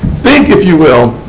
think, if you will,